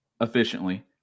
efficiently